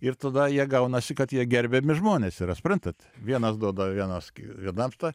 ir tada jie gaunasi kad jie gerbiami žmonės yra suprantat vienas duoda vienas ki vienam tą